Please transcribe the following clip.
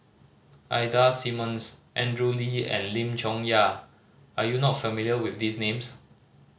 Ida Simmons Andrew Lee and Lim Chong Yah are you not familiar with these names